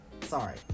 Sorry